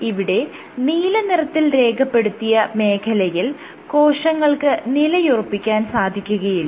ഇവിടെ നീലനിറത്തിൽ രേഖപ്പെടുത്തിയ മേഖലയിൽ കോശങ്ങൾക്ക് നിലയുറപ്പിക്കാൻ സാധിക്കുകയില്ല